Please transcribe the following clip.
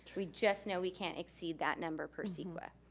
we just know we can't exceed that number per ceqa.